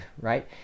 right